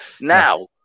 now